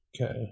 Okay